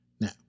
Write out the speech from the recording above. Now